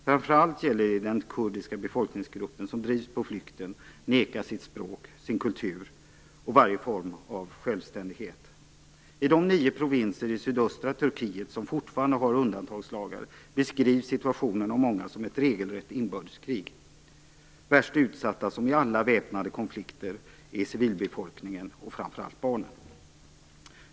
Framför allt gäller det den kurdiska befolkningsgruppen, som drivs på flykten, nekas sitt språk, sin kultur och varje form av självständighet. I de nio provinser i sydöstra Turkiet som fortfarande har undantagslagar beskrivs situationen av många som ett regelrätt inbördeskrig. Värst utsatt, som vid alla väpnade konflikter, är civilbefolkningen. Framför allt gäller det barnen.